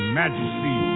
majesty